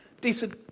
Decent